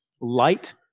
Light